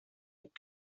have